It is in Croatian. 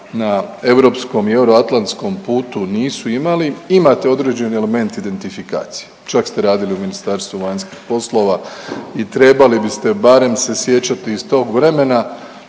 na europskom i euroatlantskom putu nisu imali, imate određeni element identifikacije, čak ste radili u Ministarstvu vanjskih poslova i trebali biste barem se sjećati iz tog vremena